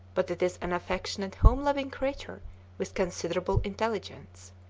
but it is an affectionate, home-loving creature with considerable intelligence.